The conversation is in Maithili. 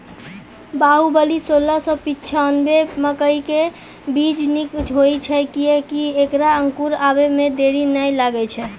बाहुबली सोलह सौ पिच्छान्यबे मकई के बीज निक होई छै किये की ऐकरा अंकुर आबै मे देरी नैय लागै छै?